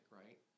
right